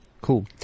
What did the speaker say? Cool